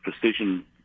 precision